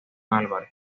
álvarez